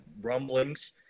rumblings